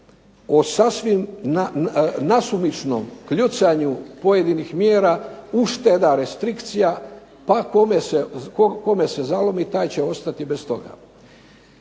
o sasvim nasumičnom kljucanju pojedinih mjera, ušteda, restrikcija, pa kome se zalomi taj će ostati bez toga.